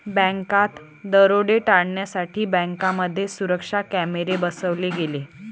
बँकात दरोडे टाळण्यासाठी बँकांमध्ये सुरक्षा कॅमेरे बसवले गेले